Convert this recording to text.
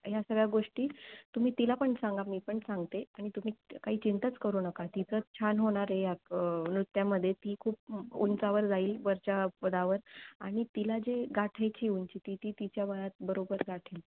ह्या सगळ्या गोष्टी तुम्ही तिला पण सांगा मी पण सांगते आणि तुम्ही काही चिंताच करू नका तिथं छान होणार आहे या नृत्यामध्ये ती खूप उंचावर जाईल वरच्या पदावर आणि तिला जे गाठायची उंची ती ती तिच्या वयात बरोबर गाठील